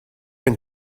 been